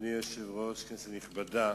אדוני היושב-ראש, כנסת נכבדה,